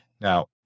Now